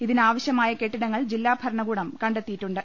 ഇതിനാവശ്യമായ കെട്ടി ടങ്ങൾ ജില്ലാഭരണകൂടം കണ്ടെത്തിയിട്ടുണ്ട്